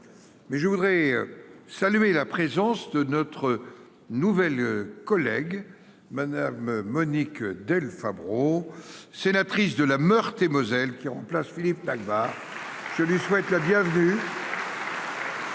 Mais je voudrais saluer la présence de notre nouvelle collègue madame Monique Del Fabbro. Sénatrice de la Meurthe-et-Moselle qui remplace Philippe. Dagmar. Je lui souhaite la bienvenue. Je vais